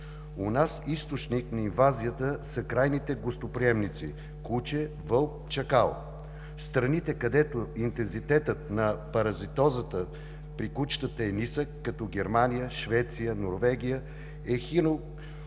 У нас източник на инвазията са крайните гостоприемници – куче, вълк, чакал. В страните, където интензитетът на паразитозата при кучетата е нисък, като Германия, Швеция, Норвегия,